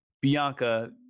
Bianca